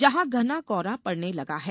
जहां घना कोहरा पड़ने लगा है